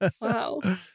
wow